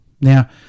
Now